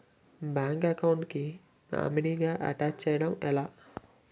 Bank account కి nominee గా attach చేయడం ఎలా?